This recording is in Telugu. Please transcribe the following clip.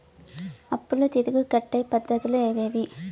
అప్పులు తిరిగి కట్టే పద్ధతులు ఏవేవి